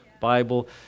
Bible